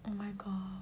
oh my god